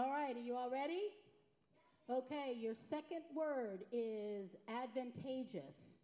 all right you already ok your second word is advantageous